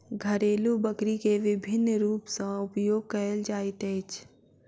घरेलु बकरी के विभिन्न रूप सॅ उपयोग कयल जाइत अछि